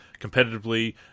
competitively